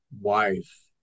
wife